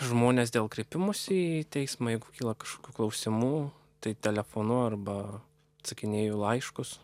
žmones dėl kreipimosi į teismą jeigu kyla kažkokių klausimų tai telefonu arba atsakinėju į laiškus